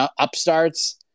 upstarts